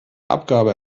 abgabe